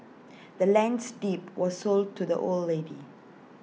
the land's deed was sold to the old lady